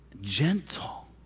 gentle